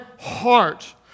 heart